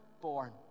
born